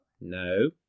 No